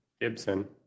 Gibson